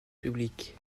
publiques